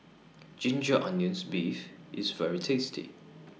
Ginger Onions Beef IS very tasty